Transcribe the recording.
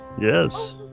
yes